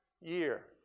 year